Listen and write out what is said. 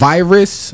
Virus